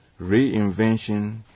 reinvention